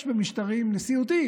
יש במשטרים נשיאותיים,